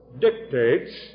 dictates